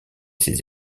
ses